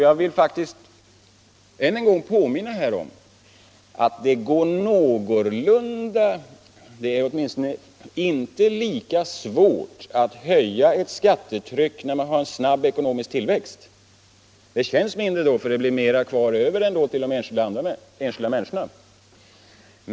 Jag vill än en gång påminna om att det inte är lika svårt att höja skattetrycket när man har en snabb ekonomisk tillväxt. Det känns mindre, för det blir ändå mera över till de enskilda människorna.